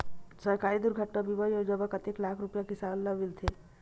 सहकारी दुर्घटना बीमा योजना म कतेक लाख रुपिया किसान ल मिलथे?